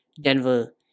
Denver